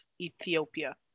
ethiopia